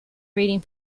reading